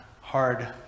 hard